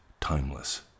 timeless